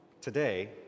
today